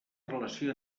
relació